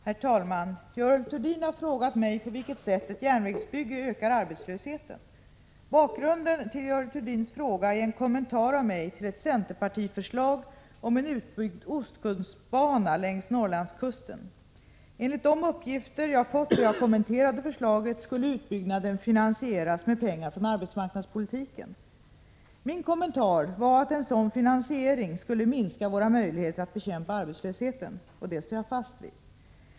Herr talman! Görel Thurdin har frågat mig på vilket sätt ett järnvägsbygge ökar arbetslösheten. Bakgrunden till Görel Thurdins fråga är en kommentar av mig till ett centerpartiförslag om en utbyggd ostkustbana längs Norrlandskusten. Enligt de uppgifter jag fått då jag kommenterade förslaget skulle utbyggnaden finansieras med pengar från arbetsmarknadspolitiken. Min kommentar var att en sådan finansiering skulle minska våra möjligheter att bekämpa arbetslösheten. Det står jag fast vid.